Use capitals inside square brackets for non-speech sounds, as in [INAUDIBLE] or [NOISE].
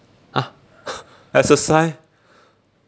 !huh! [NOISE] exercise